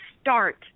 start